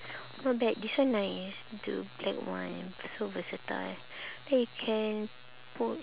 not bad this one nice the black one so versatile then you can put